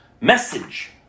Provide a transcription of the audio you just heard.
message